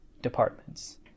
departments